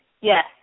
Yes